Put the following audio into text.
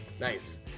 Nice